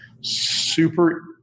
Super